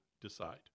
decide